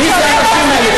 מי הם האנשים האלה?